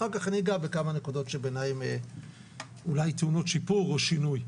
אחר כך אגע בכמה נקודות שבעיניי הן טעונות שיפור או שינוי.